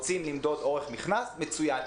רוצים למדוד אורך מכנס מצוין,